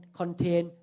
contain